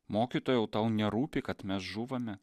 mokytojau tau nerūpi kad mes žūvame